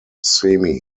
semi